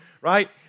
right